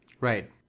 Right